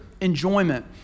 enjoyment